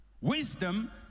Wisdom